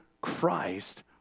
Christ